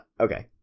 Okay